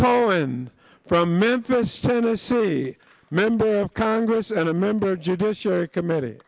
cohen from memphis tennessee member of congress and a member judiciary committe